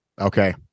Okay